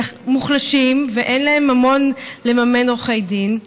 מוחלשים ואין להם ממון לממן עורכי דין.